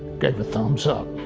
gave a thumbs up.